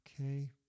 okay